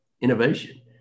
Innovation